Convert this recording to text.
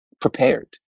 prepared